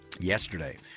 yesterday